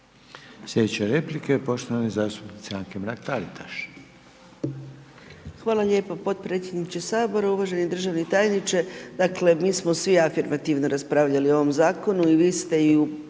Slijedeće replike poštovane zastupnice Anke Mrak Taritaš.